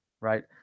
right